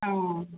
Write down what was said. ആ